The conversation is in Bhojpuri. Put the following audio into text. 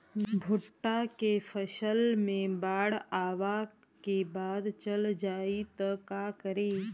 भुट्टा के फसल मे बाढ़ आवा के बाद चल जाई त का करी?